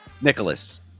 Nicholas